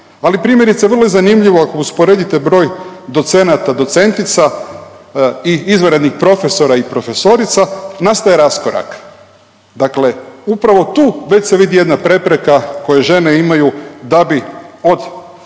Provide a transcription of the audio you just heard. Ali primjerice vrlo je zanimljivo ako usporedite broj docenata, docentica i izvanrednih profesora i profesorica nastaje raskorak. Dakle, upravo tu već se vidi jedna prepreka koju žene imaju da bi od